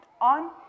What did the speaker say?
on